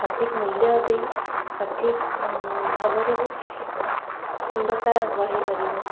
ସଠିକ୍ ମୂଲ୍ୟ ଦେଇ ସଠିକ୍ ଭାବରେ ବି ସୁନ୍ଦରତା ବଢ଼ାଇ ପାରିବ